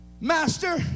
Master